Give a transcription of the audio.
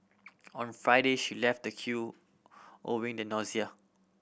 on Friday she left the queue owing the nausea